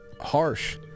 harsh